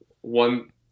one